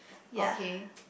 okay